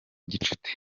gicuti